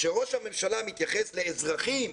כשראש הממשלה מתייחס לאזרחים